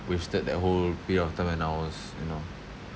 wasted that whole period of time when I was you know